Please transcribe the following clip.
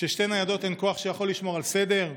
ששתי ניידות הן כוח שיכול לשמור על סדר,